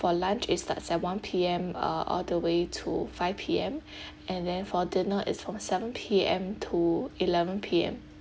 for lunch it starts at one P_M uh all the way to five P_M and then for dinner it's from seven P_M to eleven P_M